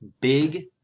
big